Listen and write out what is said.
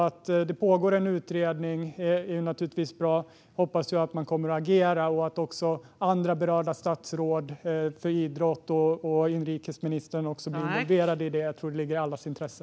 Att det pågår en utredning är naturligtvis bra, och jag hoppas att man kommer att agera och att andra berörda statsråd med ansvar för idrott och även inrikesministern blir involverade i det. Jag tror att det ligger i allas intresse.